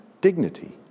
dignity